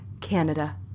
Canada